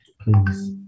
please